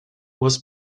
was